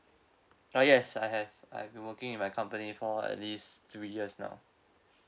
ah yes I have I've been working in my company for at least three years now